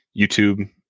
YouTube